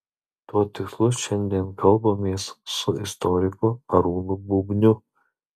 tuo tikslu šiandien kalbamės su istoriku arūnu bubniu